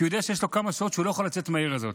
כי הוא יודע שיש לו כמה שעות שהוא לא יכול לצאת מהעיר הזאת.